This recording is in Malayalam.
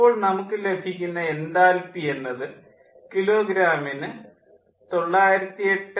അപ്പോൾ നമുക്ക് ലഭിക്കുന്ന എൻതാൽപ്പി എന്നത് കിലോ ഗ്രാമിന് 908